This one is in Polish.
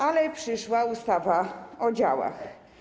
Ale przyszła ustawa o działach.